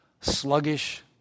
sluggish